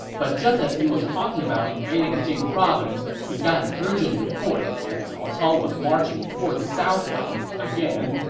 but just as he was talking about invading jing province, he got an urgent report that cao cao was marching toward the southlands again,